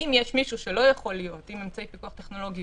אם יש מישהו שלא יכול להיות עם אמצעי פיקוח טכנולוגי,